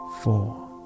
four